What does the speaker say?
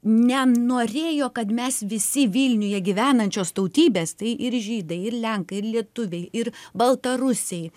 nenorėjo kad mes visi vilniuje gyvenančios tautybės tai ir žydai ir lenkai ir lietuviai ir baltarusiai